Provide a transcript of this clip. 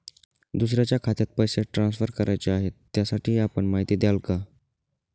दुसऱ्या खात्यात पैसे ट्रान्सफर करायचे आहेत, त्यासाठी आपण माहिती द्याल का?